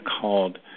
called